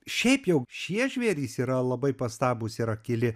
šiaip jau šie žvėrys yra labai pastabūs ir akyli